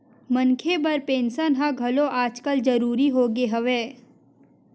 मनखे बर पेंसन ह घलो आजकल जरुरी होगे हवय